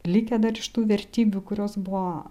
likę dar iš tų vertybių kurios buvo